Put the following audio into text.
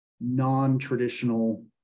non-traditional